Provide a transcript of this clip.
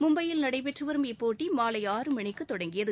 மும்பையில் நடைபெற்று வரும் இப்போட்டி மாலை ஆறு மணிக்கு தொடங்கியது